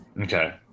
Okay